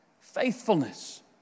Faithfulness